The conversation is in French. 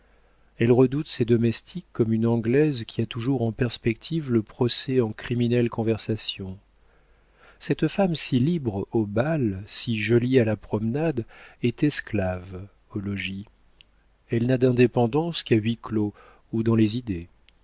elle redoute ses domestiques comme une anglaise qui a toujours en perspective le procès en criminelle conversation cette femme si libre au bal si jolie à la promenade est esclave au logis elle n'a d'indépendance qu'à huis clos ou dans les idées